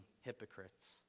hypocrites